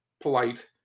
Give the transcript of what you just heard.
polite